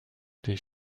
des